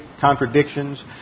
contradictions